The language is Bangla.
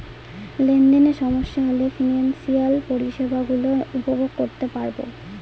লেনদেনে সমস্যা হলে ফিনান্সিয়াল পরিষেবা গুলো উপভোগ করতে পারবো